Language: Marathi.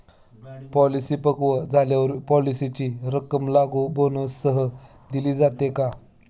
पॉलिसी पक्व झाल्यावर पॉलिसीची रक्कम लागू बोनससह दिली जाते का?